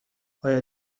آیا